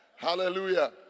Hallelujah